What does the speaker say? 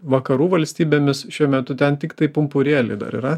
vakarų valstybėmis šiuo metu ten tiktai pumpurėliai dar yra